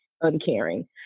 uncaring